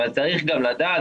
אבל צריך גם לדעת,